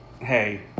hey